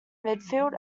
midfield